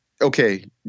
okay